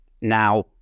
Now